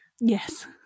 Yes